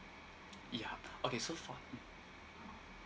ya okay so for mm